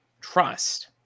trust